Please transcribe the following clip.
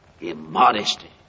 immodesty